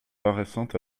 paraissant